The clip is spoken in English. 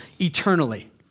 eternally